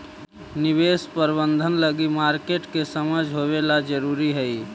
निवेश प्रबंधन लगी मार्केट के समझ होवेला जरूरी हइ